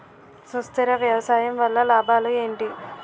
సుస్థిర వ్యవసాయం వల్ల లాభాలు ఏంటి?